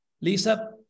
Lisa